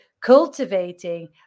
cultivating